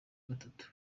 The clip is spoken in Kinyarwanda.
gatatu